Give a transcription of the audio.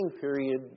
period